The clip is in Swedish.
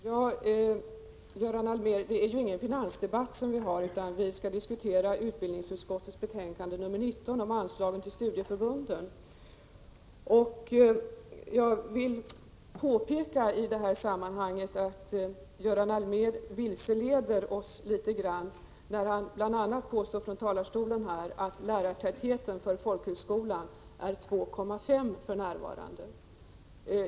Herr talman! Det är ju ingen finansdebatt vi för, Göran Allmér, utan vi skall diskutera utbildningsutskottets betänkande 19 om anslag till studieförbunden. Jag vill i detta sammanhang påpeka att Göran Allmér vilseleder oss litet grand när han från talarstolen påstår att lärartätheten på folkhögskolorna för närvarande är 2,5.